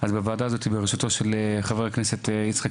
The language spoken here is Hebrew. הוועדה הזאת, בראשותו של חבר הכנסת אברהם